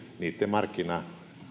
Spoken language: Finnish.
niitten markkina